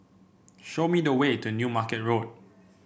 show me the way to New Market Road